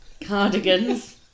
cardigans